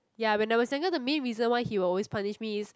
ya when I was younger the main reason why he will always punish me is